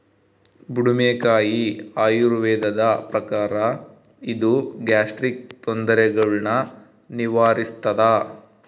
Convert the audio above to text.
ಬುಡುಮೆಕಾಯಿ ಆಯುರ್ವೇದದ ಪ್ರಕಾರ ಇದು ಗ್ಯಾಸ್ಟ್ರಿಕ್ ತೊಂದರೆಗುಳ್ನ ನಿವಾರಿಸ್ಥಾದ